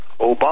Obama